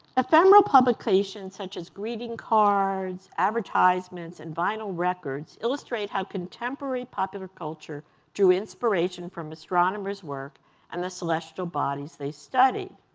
ephemeral publications such as greeting cards, cards, advertisements, and vinyl records illustrate how contemporary popular culture drew inspiration from astronomers' work and the celestial bodies they studied.